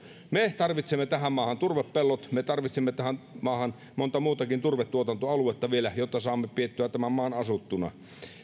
me tarvitsemme tähän maahan turvepellot me tarvitsemme tähän maahan monta muutakin turvetuotantoaluetta vielä jotta saamme pidettyä tämän maan asuttuna